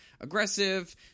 aggressive